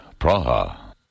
Praha